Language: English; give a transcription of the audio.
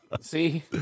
See